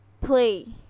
Play